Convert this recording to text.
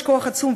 יש כוח עצום,